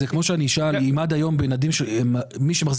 זה כמו שאני אשאל אם עד היום מי שמחזיק